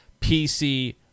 PC